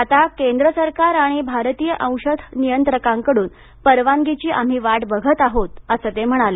आता केंद्र सरकार आणि भारतीय औषध नियंत्रकांकडून परवानगीची आम्ही वाट बघत आहोत असं ते म्हणाले